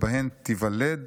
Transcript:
שבהן תיוולד